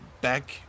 back